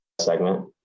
segment